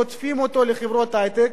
חוטפים אותו לחברות היי-טק,